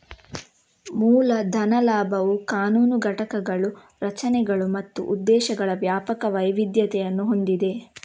ಮೂಲ ಧನ ಲಾಭವು ಕಾನೂನು ಘಟಕಗಳು, ರಚನೆಗಳು ಮತ್ತು ಉದ್ದೇಶಗಳ ವ್ಯಾಪಕ ವೈವಿಧ್ಯತೆಯನ್ನು ಹೊಂದಿದೆ